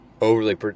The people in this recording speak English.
overly